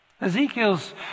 Ezekiel's